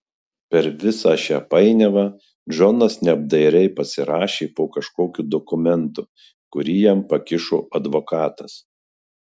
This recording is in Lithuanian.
per visą šią painiavą džonas neapdairiai pasirašė po kažkokiu dokumentu kurį jam pakišo advokatas